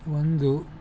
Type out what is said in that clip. ಒಂದು